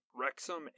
Wrexham